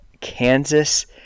Kansas